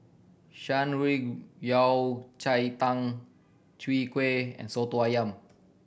Shan Rui Yao Cai Tang Chwee Kueh and Soto Ayam